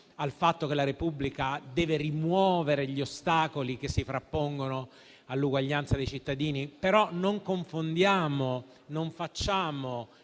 al fatto che la Repubblica deve rimuovere gli ostacoli che si frappongono all'uguaglianza dei cittadini. Tuttavia non confondiamo, non facciamo